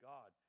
God